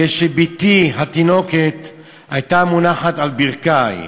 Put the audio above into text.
כשבתי התינוקת הייתה מונחת על ברכי.